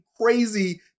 crazy